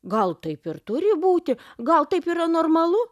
gal taip ir turi būti gal taip yra normalu